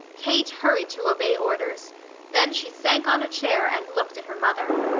kate hurried to obey orders then she sank on a chair and looked at her mother.